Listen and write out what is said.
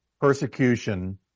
persecution